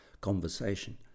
conversation